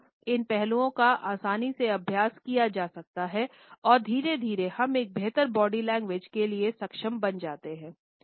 इन पहलुओं का आसानी से अभ्यास किया जा सकता है और धीरे धीरे हम एक बेहतर बॉडी लैंग्वेज के लिए सक्षम बन जाते है